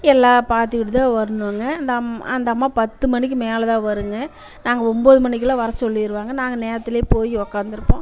எல்லா பார்த்துக்கிட்டு தான் வரணுங்க அந்த அம் அந்த அம்மா பத்து மணிக்கு மேலே தான் வருங்க நாங்கள் ஒம்பது மணிக்கெல்லாம் வர சொல்லிடுவாங்க நாங்கள் நேரத்திலே போய் உக்காந்துருப்போம்